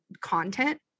content